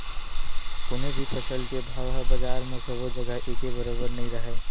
कोनो भी फसल के भाव ह बजार म सबो जघा एके बरोबर नइ राहय